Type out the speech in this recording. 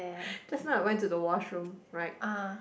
just now I went to the washroom right